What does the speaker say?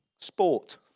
Sport